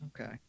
okay